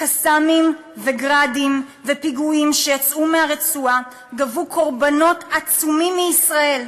"קסאמים" ו"גראדים" ופיגועים שיצאו מהרצועה גבו קורבנות עצומים מישראל,